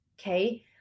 okay